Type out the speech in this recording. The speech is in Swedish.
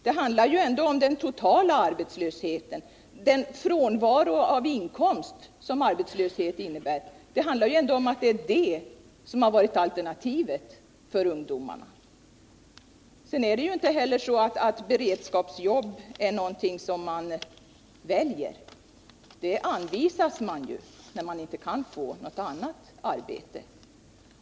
Det handlar ju ändå om den totala arbetslösheten — den frånvaro av inkomst som arbetslöshet innebär. Det handlar om att det är det som har varit alternativet för ungdomar. Beredskapsjobb är inte heller någonting som man väljer — det blir man anvisad när man inte kan få något annat arbete.